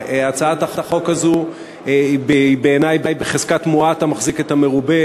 הצעת החוק הזאת היא בעיני בחזקת מועט המחזיק את המרובה: